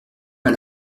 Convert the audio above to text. pas